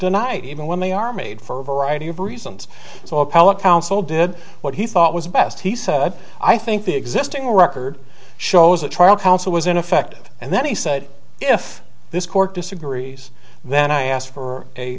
denied even when they are made for a variety of reasons so appellate counsel did what he thought was best he said i think the existing record shows a trial counsel was ineffective and then he said if this court disagrees then i asked for a